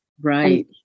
Right